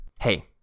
hey